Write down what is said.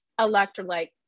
electrolyte